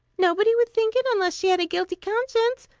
nobody would think it, unless she had a guilty conscience.